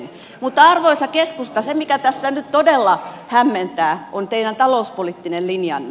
mutta arvoisa keskusta se mikä tässä nyt todella hämmentää on teidän talouspoliittinen linjanne